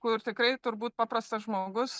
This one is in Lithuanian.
kur tikrai turbūt paprastas žmogus